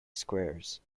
squares